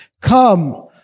Come